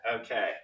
okay